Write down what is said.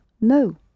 no